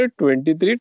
23